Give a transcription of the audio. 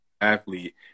athlete